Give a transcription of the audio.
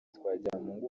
twagiramungu